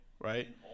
right